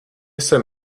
jsem